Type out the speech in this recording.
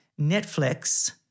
Netflix